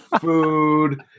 food